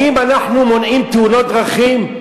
האם אנחנו מונעים תאונות דרכים?